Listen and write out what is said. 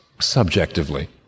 subjectively